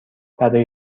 برای